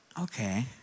okay